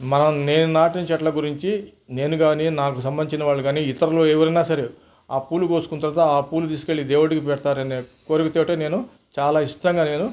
మనం నేను నాటిన చెట్ల గురించి నేను గానీ నాకు సంబంధించిన వాళ్ళు కానీ ఇతరులు ఎవరన్నా సరే ఆ పూలు కోసుకుంటారు ఆ పూలు తీసుకెళ్ళి దేవుడికి పెడతారనే కోరికతోటే నేను చాలా ఇష్టంగా నేను